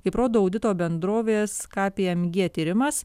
kaip rodo audito bendrovės kpmg tyrimas